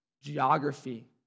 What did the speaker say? geography